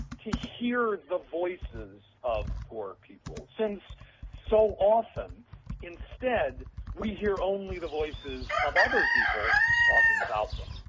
to hear the voices of poor people since so often instead we hear only the voices of other people talking about them